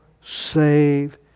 save